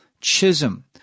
Chisholm